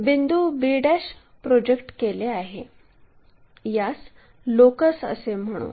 बिंदू b project केले आहे यास लोकस असे म्हणू